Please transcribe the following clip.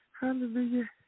Hallelujah